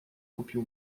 kupił